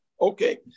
Okay